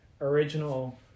original